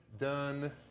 done